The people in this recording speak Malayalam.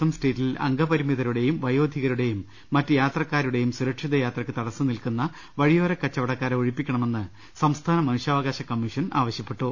എം സ്ട്രീറ്റിൽ അംഗപരിമിതരുടെയും വയോ ധികരുടെയും മറ്റ് യാത്രക്കാരുടെയും സുരക്ഷിതയാത്രക്ക് തടസ്സം നിൽക്കുന്ന വഴിയോരക്കച്ചവടക്കാരെ ഒഴിപ്പിക്കണമെന്ന് സംസ്ഥാന മനുഷ്യാവകാശ കമ്മീഷൻ ആവശ്യപ്പെട്ടു